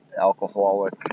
alcoholic